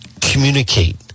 communicate